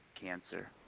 cancer